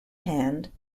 hand